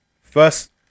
First